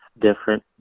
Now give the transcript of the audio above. different